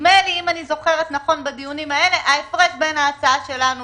ונדמה לי אם אני זוכרת נכון בדיונים האלה - ההפרש בין ההצעה שלנו